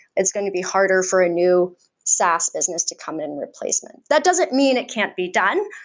it's going to be harder for a new saas business to come in replacement. that doesn't mean it can't be done,